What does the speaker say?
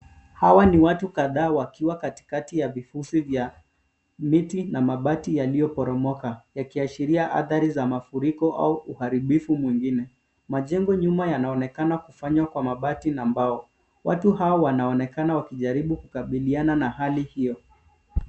Hawa ni watu kadhaa wakiwa katikati ya vifusi vya miti na mabati yaliyoporomoka yakiashiria adhari za mafuriko au uharibifu mwingine. Majengo nyuma yanaonekana kufanywa kwa mabati na mbao. Watu hao wanaonekana wakijaribu kukabiliana na hali hiyo.